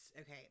okay